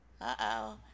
Uh-oh